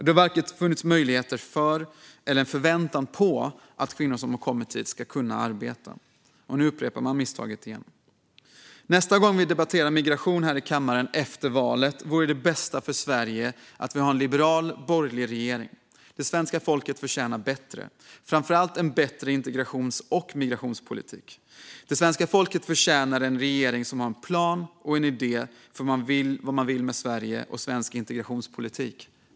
Det har varken funnits möjligheter för eller en förväntan på att kvinnor som har kommit hit ska kunna arbeta. Nu upprepar man misstaget igen. Nästa gång vi debatterar migration här i kammaren efter valet vore det bästa för Sverige att vi har en liberal borgerlig regering. Det svenska folket förtjänar bättre, framför allt en bättre integrations och migrationspolitik. Det svenska folket förtjänar en regering som har en plan och idé för vad man vill med Sverige och svensk integrationspolitik.